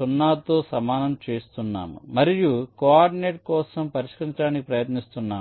0 తో సమానం చేస్తున్నాము మరియు కోఆర్డినేట్ కోసం పరిష్కరించడానికి ప్రయత్నిస్తున్నాము